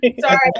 Sorry